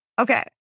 Okay